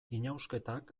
inausketak